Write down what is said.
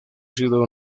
sido